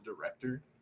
director